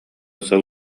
сыл